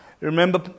Remember